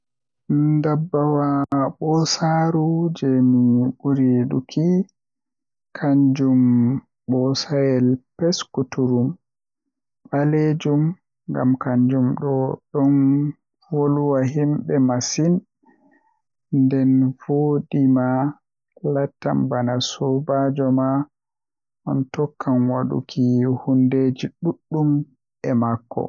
Ndabbawa boosaru jei mi buri yiduki kanjum bosayel peskuturum baleejum ngam kanjum do don voowa himbe masin nden to voowi ma lattan bana sobaajo ma on tokkan wodugo hunndeeji duddum be makko.